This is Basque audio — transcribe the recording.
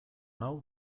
nau